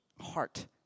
heart